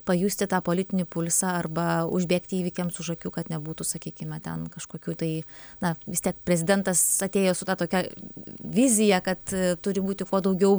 pajusti tą politinį pulsą arba užbėgti įvykiams už akių kad nebūtų sakykime ten kažkokių tai na vis tiek prezidentas atėjęs su ta tokia vizija kad turi būti kuo daugiau